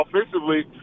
offensively